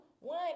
One